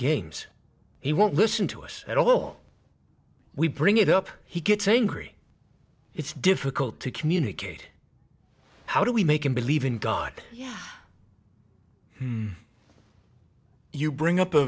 games he won't listen to us at all we bring it up he gets angry it's difficult to communicate how do we make him believe in god yeah you bring up a